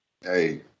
Hey